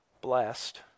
blessed